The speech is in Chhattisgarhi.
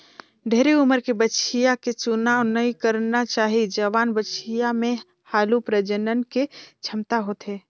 ढेरे उमर के बछिया के चुनाव नइ करना चाही, जवान बछिया में हालु प्रजनन के छमता होथे